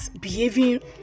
behaving